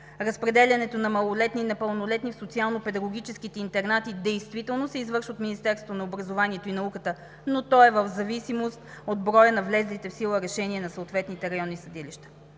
Разпределянето на малолетни и непълнолетни в социално-педагогическите интернати действително се извършва от Министерството на образованието и науката, но то е в зависимост от броя на влезлите в сила решения на съответните районни съдилища.